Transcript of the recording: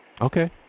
Okay